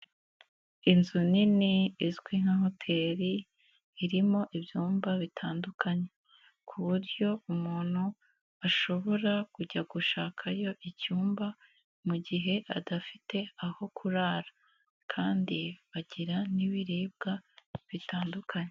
Inzu nini izwi nka hoteli irimo ibyumba bitandukanye, ku buryo umuntu ashobora kujya gushakayo icyumba mu gihe adafite aho kurara kandi bagira n'ibiribwa bitandukanye.